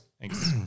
Thanks